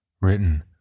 Written